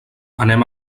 anem